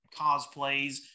cosplays